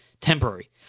temporary